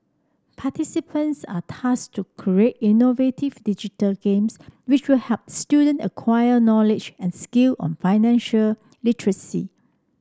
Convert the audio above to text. participants are tasked to create innovative digital games which could help student acquire knowledge and skill on financial literacy